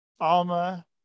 Alma